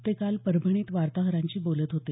ते काल परभणीत वार्ताहरांशी बोलत होते